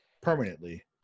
permanently